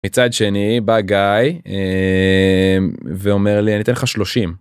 מצד שני בא גיא ואומר לי אני אתן לך 30.